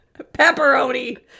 Pepperoni